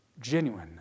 Genuine